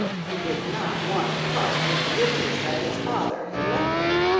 he did not want to part with the riches that his father had left him,